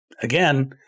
Again